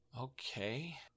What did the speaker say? okay